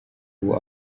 ubu